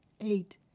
Eight